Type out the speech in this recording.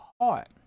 heart